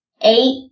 eight